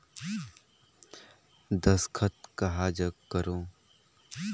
दस्खत कहा जग करो?